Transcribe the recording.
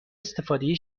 استفاده